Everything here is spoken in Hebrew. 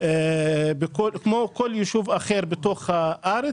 בתוך הארץ.